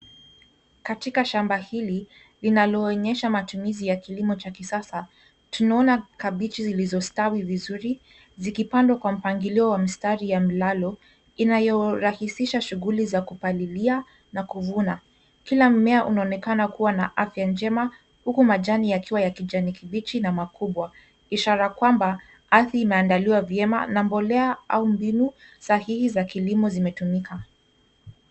Katika shamba hili linaloonyesha matumizi ya kilimo cha kisasa tunaona kabichi zilizostawi vizuri zikipandwa kwa mpangilio wa mistari ya mlalo inayorahisisha shughuli za kupalilia na kuvuna. Kila mmea unaonekana kuwa na afya njema huku majani yakiwa ya kijani kibichi na makubwa ishara kwamba ardhi imeandaliwa vyema na mbolea au mbinu sahihi za kilimo zimetumika.